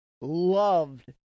loved